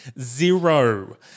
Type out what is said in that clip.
Zero